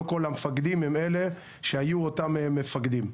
לא כל המפקדים הם אלה שהיו אותם מפקדים.